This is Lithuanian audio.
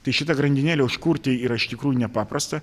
tai šitą grandinėlę užkurti yra iš tikrųjų nepaprasta